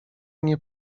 nie